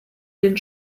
den